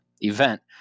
event